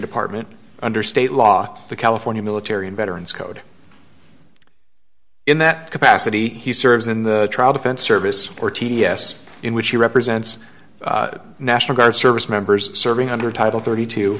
department under state law the california military and veterans code in that capacity he serves in the trial defense service or ts in which he represents the national guard service members serving under title thirty two